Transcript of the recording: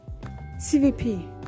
CVP